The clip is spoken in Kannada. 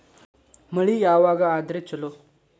ಮಳಿ ಯಾವಾಗ ಆದರೆ ಛಲೋ?